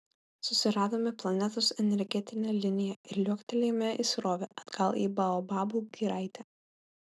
susiradome planetos energetinę liniją ir liuoktelėjome į srovę atgal į baobabų giraitę